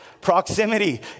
Proximity